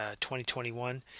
2021